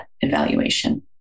evaluation